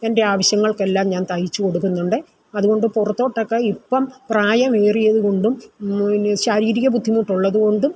എൻ്റെ ആവശ്യങ്ങൾക്കെല്ലാം ഞാൻ തയ്ച്ച് കൊടുക്കുന്നുണ്ട് അതുകൊണ്ട് പുറത്തോട്ടൊക്കെ ഇപ്പം പ്രായമേറിയതുകൊണ്ടും പിന്നെ ശാരീരിക ബുദ്ധിമുട്ടുള്ളതുകൊണ്ടും